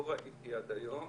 לא ראיתי עד היום